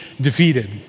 defeated